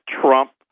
Trump